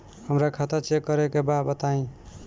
हमरा खाता चेक करे के बा बताई?